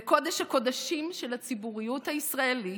בקודש-הקודשים של הציבוריות הישראלית,